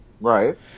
Right